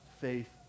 faith